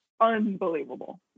unbelievable